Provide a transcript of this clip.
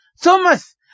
Thomas